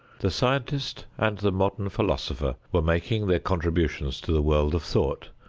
the scientist and the modern philosopher were making their contributions to the world of thought,